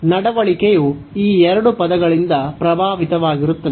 ನಡವಳಿಕೆಯು ಈ ಎರಡು ಪದಗಳಿಂದ ಪ್ರಭಾವಿತವಾಗಿರುತ್ತದೆ